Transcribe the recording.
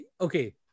okay